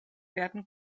werden